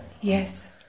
Yes